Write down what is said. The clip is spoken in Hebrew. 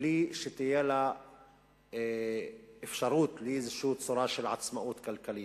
בלי שתהיה לה אפשרות לצורה כלשהי של עצמאות כלכלית.